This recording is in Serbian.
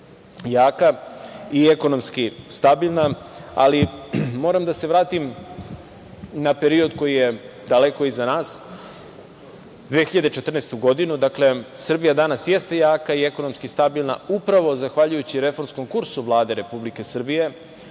jaka i ekonomski stabilna, ali moram da se vratim na period koji je daleko iza nas, 2014. godinu. Dakle, Srbija danas jeste jaka i ekonomski stabilna upravo zahvaljujući reformskom kursu Vlade Republike Srbije